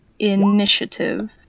initiative